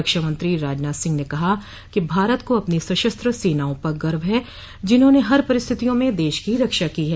रक्षामंत्री राजनाथ सिंह ने कहा कि भारत को अपनी सशस्त्र सेनाओं पर गर्व है जिन्होंने हर परिस्थितियों में देश की रक्षा की है